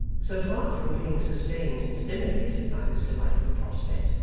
so far from being sustained and stimulated by this delightful prospect,